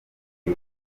uyu